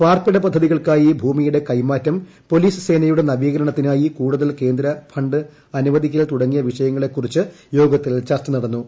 പാർപ്പിട പദ്ധതികൾക്കായി ഭൂമിയ്ക്കുടെ ക്കെമാറ്റം പൊലീസ് സേനയുടെ നവീകരണത്തിനായി കൂടുതൽ കേന്ദ്ര ഫണ്ട് അനുവദിക്കൽ തുടങ്ങിയൂവിഷയങ്ങളെക്കുറിച്ച് യോഗത്തിൽ ചർച്ച നടന്നു